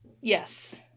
Yes